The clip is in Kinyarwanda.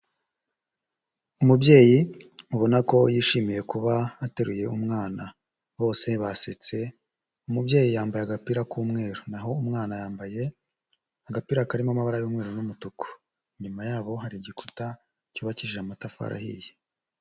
Umubyeyi ubona ko yishimiye kuba ateruye umwana, bose basetse, umubyeyi yambaye agapira k'umweru naho umwana yambaye agapira karimo amabara y'umweru n'umutuku, inyuma yaho hari igikuta cyubakishije amatafari ahiye.